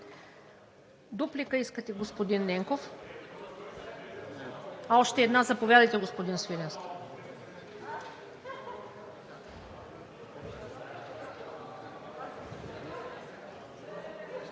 Дуплика ли искате, господин Ненков? Още една – заповядайте, господин Свиленски.